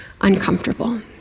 uncomfortable